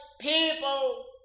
people